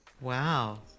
Wow